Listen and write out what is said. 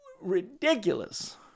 ridiculous